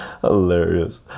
Hilarious